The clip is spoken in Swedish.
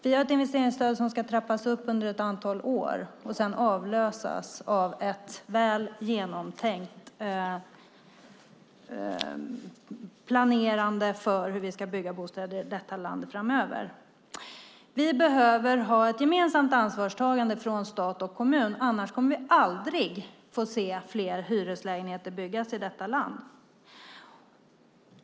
Det är ett investeringsstöd som ska trappas upp under ett antal år och sedan avlösas av ett väl genomtänkt planerande för hur vi ska bygga bostäder i detta land framöver. Vi behöver ha ett gemensamt ansvarstagande från stat och kommun - annars kommer vi aldrig att få se fler hyreslägenheter byggas i detta land.